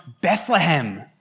Bethlehem